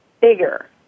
bigger